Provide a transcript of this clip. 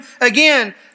again